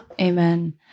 Amen